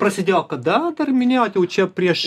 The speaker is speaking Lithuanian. prasidėjo kada dar minėjot jau čia prieš